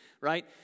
right